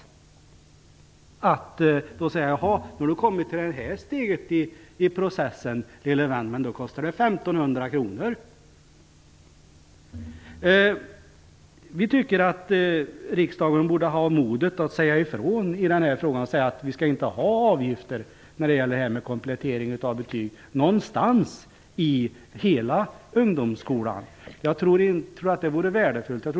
Det är som att säga: Men när du har kommit fram till just det här steget i processen, lille vän, kostar det 1 500 kr! Vi tycker att riksdagen borde ha modet att säga ifrån att det inte någonstans i ungdomsskolan i dess helhet skall tas ut några avgifter för komplettering av betyg. Jag tror att det vore värdefullt.